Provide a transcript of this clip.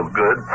good